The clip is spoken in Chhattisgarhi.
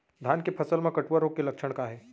धान के फसल मा कटुआ रोग के लक्षण का हे?